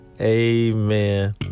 Amen